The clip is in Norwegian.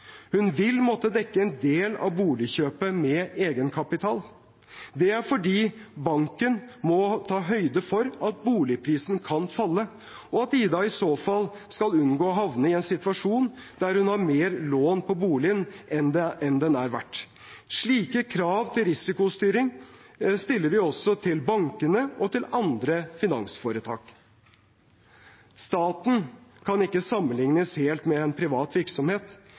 Hun vil måtte dekke en del av boligkjøpet med egenkapital. Det er fordi banken må ta høyde for at boligprisene kan falle, og at Ida i så fall skal unngå å havne i en situasjon der hun har mer lån på boligen enn den er verdt. Slike krav til risikostyring stiller vi også til bankene og til andre finansforetak. Staten kan ikke sammenlignes helt med en privat virksomhet,